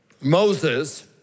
Moses